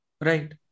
Right